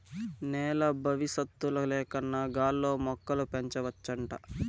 నేల బవిసత్తుల లేకన్నా గాల్లో మొక్కలు పెంచవచ్చంట